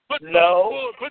No